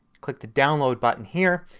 click the download button here,